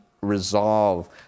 resolve